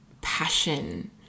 passion